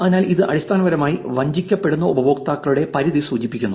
അതിനാൽ ഇത് അടിസ്ഥാനപരമായി വഞ്ചിക്കപ്പെടുന്ന ഉപയോക്താക്കളുടെ പരിധി സൂചിപ്പിക്കുന്നു